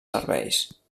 serveis